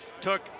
took